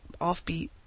offbeat